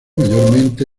mayormente